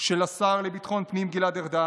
של השר לביטחון פנים גלעד ארדן,